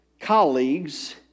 colleagues